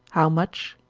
how much,